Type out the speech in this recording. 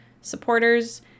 supporters